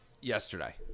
yesterday